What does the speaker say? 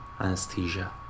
Anesthesia